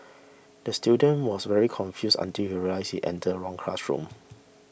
the student was very confused until he realised he entered the wrong classroom